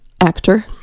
actor